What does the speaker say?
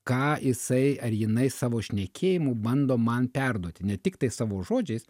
ką jisai ar jinai savo šnekėjimu bando man perduoti ne tiktai savo žodžiais